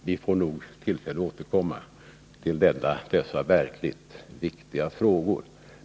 Vi får nog tillfälle att återkomma till dessa verkligt viktiga frågor.